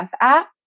app